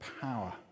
power